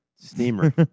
Steamer